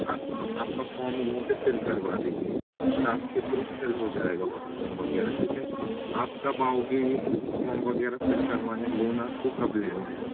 आपकी आपका फॉम यहीं पे फिल करवा देंगे इस्टाफ के थ्रू फिल हो जाएगा फॉम वगैरह लेकिन आप कब आओगे ये फॉम वगैरह फिल करवाने लोन आपको कब लेना है